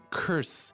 curse